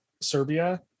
Serbia